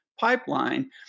pipeline